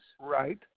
Right